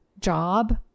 job